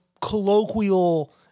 colloquial